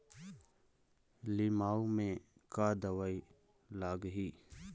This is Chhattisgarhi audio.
लिमाऊ मे का दवई लागिही?